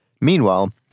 Meanwhile